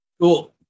cool